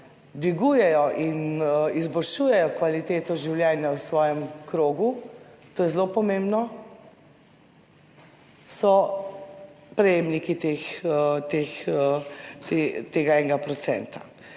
dvigujejo in izboljšujejo kvaliteto življenja v svojem krogu, to je zelo pomembno, so prejemniki tega 1 %.